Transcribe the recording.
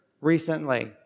recently